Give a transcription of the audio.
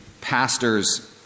pastor's